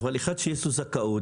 אדם שמקבל היתר ל-250 שיבנה בעצמו,